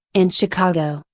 in chicago,